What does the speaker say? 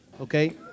Okay